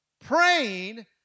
praying